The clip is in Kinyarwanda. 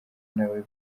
nawe